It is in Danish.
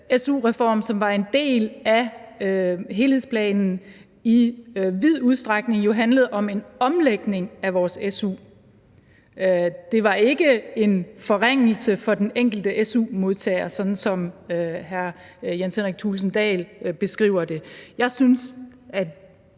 su-reform, som var en del af helhedsplanen, jo i vid udstrækning handlede om en omlægning af vores su. Det var ikke en forringelse for den enkelte su-modtager, som hr. Jens Henrik Thulesen Dahl beskriver det. Jeg synes, at